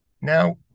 Now